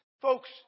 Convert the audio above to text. Folks